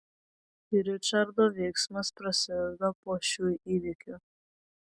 ričardo veiksmas prasideda po šių įvykių